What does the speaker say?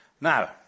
Now